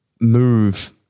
move –